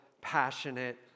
passionate